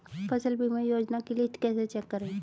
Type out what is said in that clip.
फसल बीमा योजना की लिस्ट कैसे चेक करें?